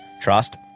trust